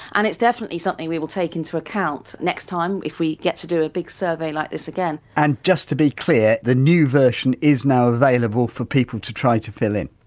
and it's definitely something we will take into account next time, if we get to do a big survey like this again and just to be clear, the new version is now available for people to try to fill in?